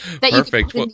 Perfect